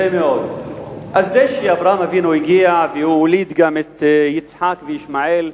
אז אברהם אבינו הגיע והוא הוליד גם את יצחק וישמעאל,